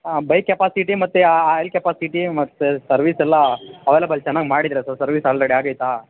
ಹಾಂ bike capacity ಮತ್ತು oil capacity ಮತ್ತು ಸರ್ವಿಸೆಲ್ಲಾ ಅವೈಲೆಬಲ್ ಚೆನ್ನಾಗಿ ಮಾಡಿದ್ದೀರಾ ಸರ್ ಸರ್ವಿಸ್ ಆಲ್ರೆಡಿ ಆಗೈತಾ